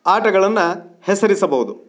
ಆಟಗಳನ್ನು ಹೆಸರಿಸಬೌದು